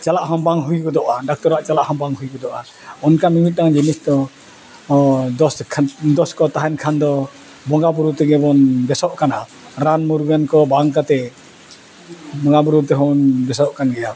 ᱪᱟᱞᱟᱜ ᱦᱚᱸ ᱵᱟᱝ ᱦᱩᱭ ᱜᱚᱫᱚᱜᱼᱟ ᱰᱟᱠᱛᱚᱨᱟᱜ ᱪᱟᱞᱟᱜ ᱦᱚᱸ ᱵᱟᱝ ᱦᱩᱭ ᱜᱚᱫᱚᱜᱼᱟ ᱚᱱᱠᱟ ᱢᱤᱢᱤᱫᱴᱟᱝ ᱡᱤᱱᱤᱥ ᱫᱚ ᱫᱳᱥ ᱠᱷᱟᱱ ᱫᱳᱥ ᱠᱚ ᱛᱟᱦᱮᱱ ᱠᱷᱟᱱ ᱫᱚ ᱵᱚᱸᱜᱟ ᱵᱩᱨᱩ ᱛᱮᱜᱮ ᱵᱚᱱ ᱵᱮᱥᱚᱜ ᱠᱟᱱᱟ ᱨᱟᱱ ᱢᱩᱨᱜᱟᱹᱱ ᱠᱚ ᱵᱟᱝ ᱠᱟᱛᱮ ᱵᱚᱸᱜᱟ ᱵᱩᱨᱩ ᱛᱮᱦᱚᱸ ᱵᱚᱱ ᱵᱮᱥᱚᱜ ᱠᱟᱱ ᱜᱮᱭᱟ